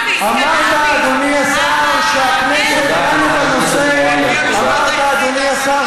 אמרת, אדוני השר, שהכנסת דנה בנושא, קנאביס,